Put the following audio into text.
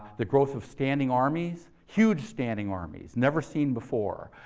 the growth of standing armies, huge standing armies, never seen before,